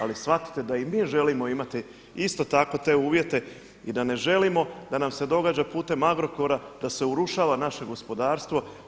Ali shvatite da i mi želim imati isto tako te uvjete i da ne želimo da nam se događa putem Agrokora da se urušava naše gospodarstvo.